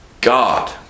God